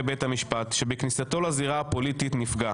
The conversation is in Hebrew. בית המשפט שבכניסתו לזירה הפוליטית נפגע.